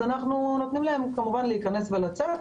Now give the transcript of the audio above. אנחנו נותנים להם כמובן להיכנס ולצאת,